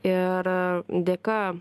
ir dėka